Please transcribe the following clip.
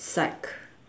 psych